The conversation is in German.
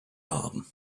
haben